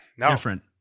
different